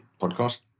podcast